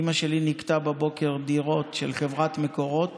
אימא שלי ניקתה בבוקר דירות של חברת מקורות